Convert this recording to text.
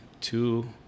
two